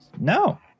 no